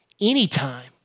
Anytime